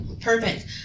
Perfect